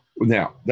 Now